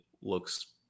looks